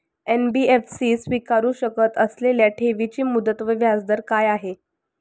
NBFC स्वीकारु शकत असलेल्या ठेवीची मुदत व व्याजदर काय आहे?